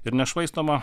ir nešvaistoma